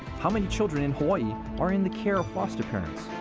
how many children in hawai'i are in the care of foster parents?